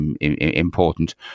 important